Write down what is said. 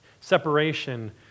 Separation